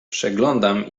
przeglądam